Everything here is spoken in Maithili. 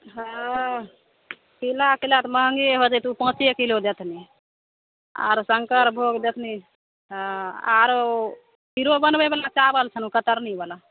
हँ खिला खिला तऽ महगे होतनि तऽ ओ पॉंचे किलो देथिन आर शङ्करभोग देथिन हँ आरो खीरो बनबै बाला चाबल छनि कतरनी बाला